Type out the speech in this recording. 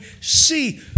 see